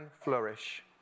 flourish